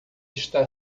está